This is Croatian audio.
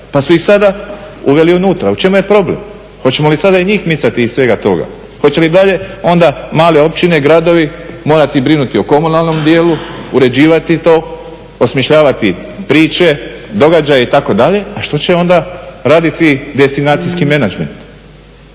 pa su ih sada uveli unutra. U čemu je problem? Hoćemo li sada i njih micati iz svega toga? Hoće li i dalje onda male općine, gradovi morati brinuti o komunalnom dijelu, uređivati to, osmišljavati priče, događaje itd., a što će onda raditi destinacijski menadžment?